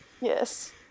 yes